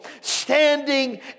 standing